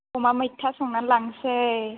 अमा मैथा संनानै लांनोसै